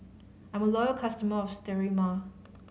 I'm a loyal customer of Sterimar